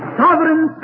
sovereign